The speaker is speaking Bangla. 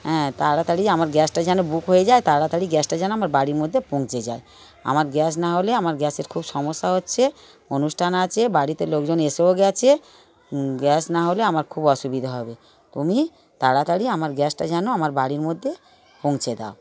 হ্যাঁ তাড়াতাড়ি আমার গ্যাসটা যেন বুক হয়ে যায় আর তাড়াতাড়ি গ্যাসটা যেন আমার বাড়ির মধ্যে পৌঁছে যায় আমার গ্যাস না হলে আমার গ্যাসের খুব সমস্যা হচ্ছে অনুষ্ঠান আছে বাড়িতে লোকজন এসেও গিয়েছে গ্যাস না হলে আমার খুব অসুবিধা হবে তুমি তাড়াতাড়ি আমার গ্যাসটা যেন আমার বাড়ির মধ্যে পৌঁছে দাও